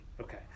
Okay